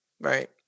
right